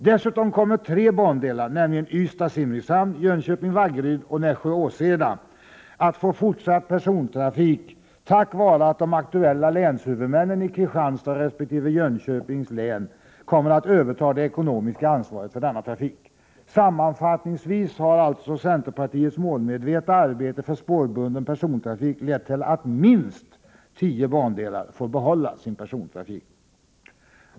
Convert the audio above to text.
"Dessutom kommer tre bandelar, nämligen Ystad-Simrishamn, Jönköping-Vaggeryd och Nässjö-Åseda att få fortsatt persontrafik tack vare att de aktuella länshuvudmännen i Kristianstads resp. Jönköpings län kommer att överta det ekonomiska ansvaret för denna trafik. Sammanfattningsvis har alltså centerpartiets målmedvetna arbete för spårbunden persontrafik lett till att minst tio bandelar får behålla sin persontrafik.